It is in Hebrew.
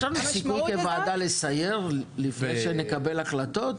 יש לנו סיכוי לסייר כוועדה לפני שנקבל החלטות?